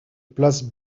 place